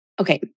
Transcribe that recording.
okay